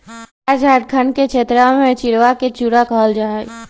बिहार झारखंड के क्षेत्रवा में चिड़वा के चूड़ा कहल जाहई